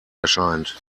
erscheint